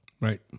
right